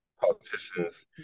politicians